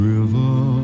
River